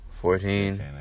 Fourteen